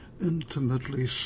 intimately